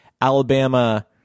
Alabama